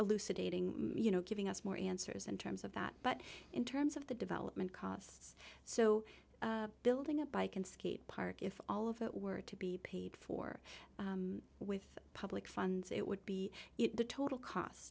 idating you know giving us more answers in terms of that but in terms of the development costs so building a bike and skate park if all of that were to be paid for with public funds it would be the total cost